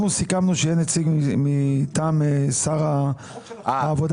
אנחנו סיכמנו שיהיה נציג מטעם שר העבודה